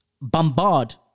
bombard